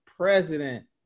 president